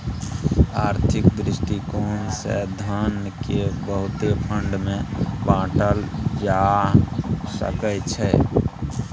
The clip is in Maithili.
आर्थिक दृष्टिकोण से धन केँ बहुते फंड मे बाटल जा सकइ छै